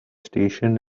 station